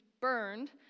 burned